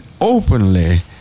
openly